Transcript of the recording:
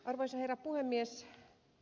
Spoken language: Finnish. arvoisa herra puhemies